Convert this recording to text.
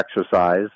exercise